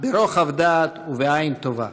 ברוחב דעת ובעין טובה.